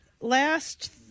last